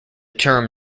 term